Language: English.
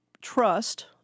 trust